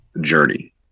journey